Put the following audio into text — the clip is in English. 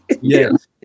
Yes